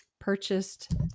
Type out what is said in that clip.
purchased